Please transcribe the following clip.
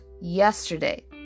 yesterday